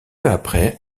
après